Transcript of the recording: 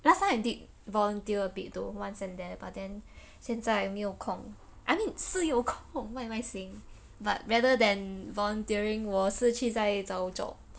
last time I did volunteer a bit though once and there but then 现在没有空 I mean 是有空 what am I saying but rather than volunteering 我是去在找 job